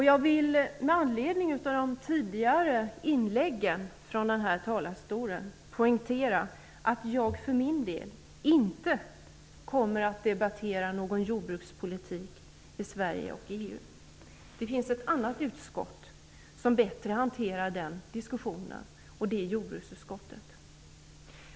Jag vill, med anledning av tidigare inlägg från denna talarstol, poängtera att jag för min del inte kommer att debattera någon jordbrukspolitik i Sverige och EU. Det finns ett annat utskott som bättre hanterar den diskussionen, nämligen jordbruksutskottet.